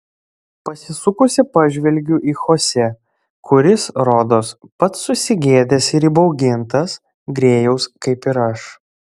pasisukusi pažvelgiu į chosė kuris rodos pats susigėdęs ir įbaugintas grėjaus kaip ir aš